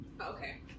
Okay